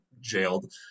jailed